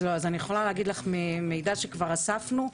אז אני יכולה להגיד לך ממידע שכבר אספנו.